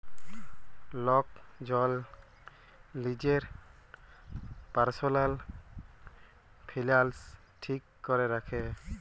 lock জল লিজের পারসলাল ফিলালস ঠিক ক্যরে রাখে